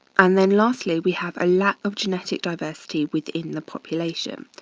and then lastly, we have a lack of genetic diversity within the population.